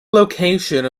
location